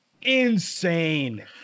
insane